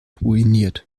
ruiniert